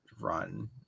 run